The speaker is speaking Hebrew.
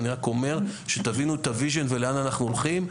אני רק אומר כדי שתבינו את הוויז'ן ולאן אנחנו הולכים,